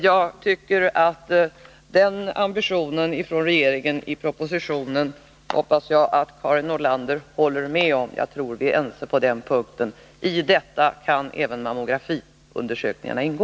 Jag hoppas att Karin Nordlander håller med regeringen när det gäller den ambition som vi visar i denna proposition. Jag tror att vi är överens på den punkten. I detta kan även mammografiundersökningarna ingå.